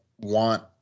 want